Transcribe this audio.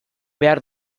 behar